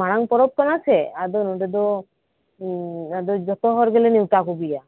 ᱢᱟᱨᱟᱝ ᱯᱚᱨᱚᱵ ᱠᱟᱱᱟ ᱥᱮ ᱟᱫᱚ ᱱᱚᱰᱮ ᱫᱚᱡᱚᱛᱚ ᱦᱚᱲ ᱜᱮᱞᱮ ᱱᱮᱣᱛᱟ ᱠᱩ ᱜᱮᱭᱟ